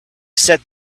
said